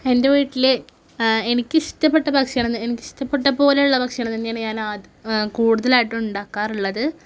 എൻ്റെ വീട്ടിൽ എനിക്കിഷ്ടപ്പെട്ട ഭഷണം എനിക്ക് ഇഷ്ടപ്പെട്ട പോലെയുള്ള ഭക്ഷണം തന്നെയാണ് ഞാൻ കൂടുതലായിട്ടും ഉണ്ടാക്കാറുള്ളത്